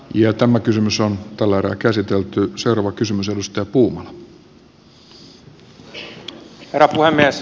ja tämä kysymys on tällä erää käsitelty osa arvokysymys herra puhemies